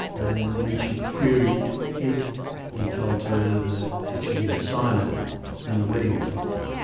and when she queried it he told her that if she didn't sign it then the wedding was off.